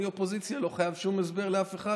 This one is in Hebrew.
אני אופוזיציה ולא חייב שום הסבר לאף אחד,